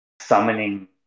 summoning